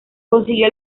consiguió